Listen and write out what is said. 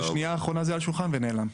בשנייה האחרונה זה היה על השולחן ונעלם.